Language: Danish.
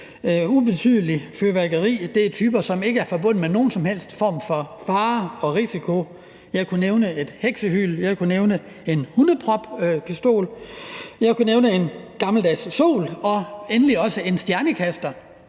ubetydeligt fyrværkeri. Det er typer, som ikke er forbundet med nogen som helst form for fare og risiko. Jeg kunne nævne et heksehyl, jeg kunne nævne en hundeproppistol, jeg kunne nævne en gammeldags sol og endelig også en stjernekaster.